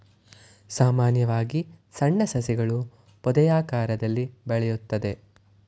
ಸಾಮಾನ್ಯವಾಗಿ ಸಣ್ಣ ಸಸಿಗಳು ಪೊದೆಯಾಕಾರದಲ್ಲಿ ಬೆಳೆಯುತ್ತದೆ